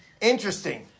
Interesting